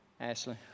Ashley